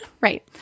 Right